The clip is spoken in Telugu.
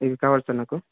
ఇవి కావాలి సర్ నాకు